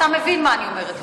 אתה מבין מה אני אומרת לך.